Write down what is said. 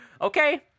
Okay